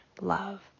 love